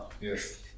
Yes